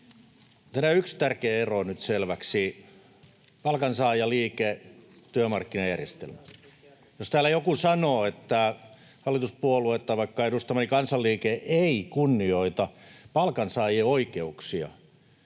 yksi tärkeä ero nyt selväksi: palkansaajaliike, työmarkkinajärjestelmä. Jos täällä joku sanoo, että hallituspuolueet tai vaikka edustamani kansanliike eivät kunnioita palkansaajien oikeuksia,